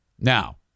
Now